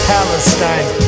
Palestine